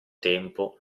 tempo